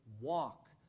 walk